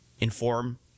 inform